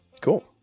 cool